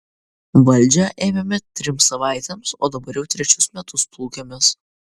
valdžią ėmėme trims savaitėms o dabar jau trečius metus plūkiamės